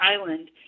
island